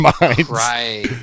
Right